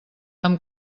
amb